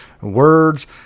words